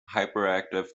hyperactive